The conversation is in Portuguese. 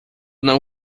não